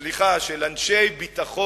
סליחה, הן של אנשי ביטחון